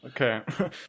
Okay